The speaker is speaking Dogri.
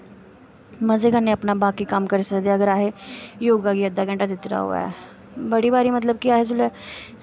मज़े कन्नै बाकी अपना कम्म करी सकदे आं अगर असें योगा गी अद्धा घैंटा दित्ते दा होऐ बड़ी बारी मतलव कि अस जिसलै